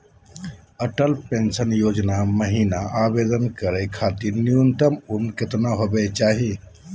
Atal pension योजना महिना आवेदन करै खातिर न्युनतम उम्र केतना होवे चाही?